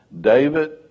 David